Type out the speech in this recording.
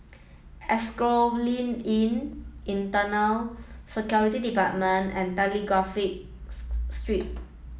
Asphodel Inn Internal Security Department and Telegraph Street